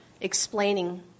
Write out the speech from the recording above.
explaining